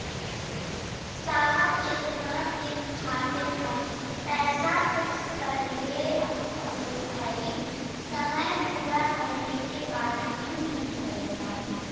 साहब जेतना दिन खातिर हम पैसा फिक्स करले हई समय पूरा भइले के बाद ही मिली पैसा?